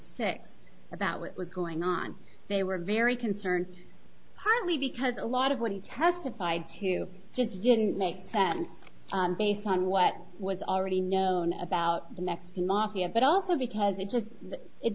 six about what was going on they were very concerned highly because a lot of what he testified to just didn't make sense based on what was already known about the next mafia but also because it was it